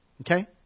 Okay